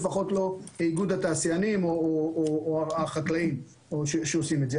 לפחות לא איגוד התעשיינים או החקלאים שעושים את זה.